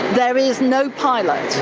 there is no pilot,